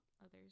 others